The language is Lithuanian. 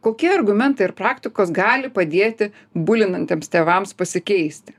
kokie argumentai ir praktikos gali padėti bulinantiems tėvams pasikeisti